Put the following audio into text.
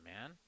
man